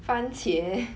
番茄